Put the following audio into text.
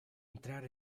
entrar